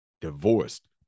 Divorced